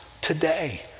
today